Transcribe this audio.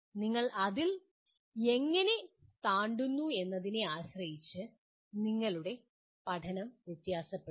നിങ്ങൾ അത് എങ്ങനെ താണ്ടുന്നു എന്നതിനെ ആശ്രയിച്ച് നിങ്ങളുടെ പഠനം വ്യത്യാസപ്പെടും